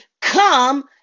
come